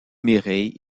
mireille